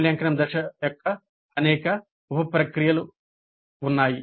మూల్యాంకనం దశ యొక్క అనేక ఉప ప్రక్రియలు ఉన్నాయి